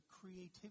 creativity